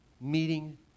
meeting